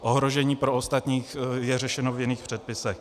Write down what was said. Ohrožení pro ostatní je řešeno v jiných předpisech.